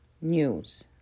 News